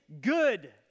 good